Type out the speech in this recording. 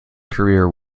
career